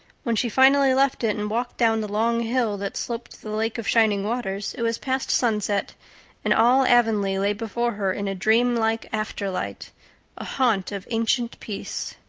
when she finally left it and walked down the long hill that sloped to the lake of shining waters it was past sunset and all avonlea lay before her in a dreamlike afterlight a haunt of ancient peace.